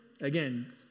again